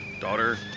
Daughter